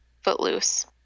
Footloose